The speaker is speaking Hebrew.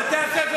רבותי,